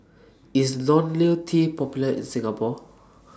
IS Ionil T Popular in Singapore